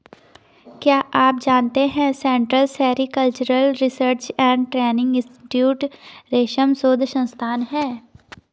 क्या आप जानते है central sericultural research and training institute रेशम शोध संस्थान है?